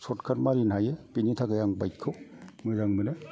सर्थ काट मारिनो हायो बेनि थाखाय आं बाइकखौ मोजां मोनो